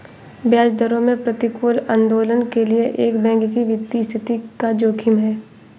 ब्याज दरों में प्रतिकूल आंदोलनों के लिए एक बैंक की वित्तीय स्थिति का जोखिम है